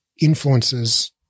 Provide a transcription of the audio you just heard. influences